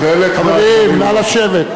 חלק מהדברים, חברים, נא לשבת.